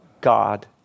God